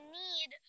need